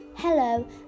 Hello